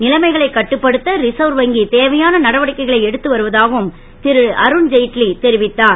லைமைகளை கட்டுப்படுத்த ரிசர் வங்கி தேவையான நடவடிக்கைகளை எடுத்து வருவதாகவும் ரு அருண் ஜெட்லி தெரிவித்தார்